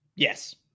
Yes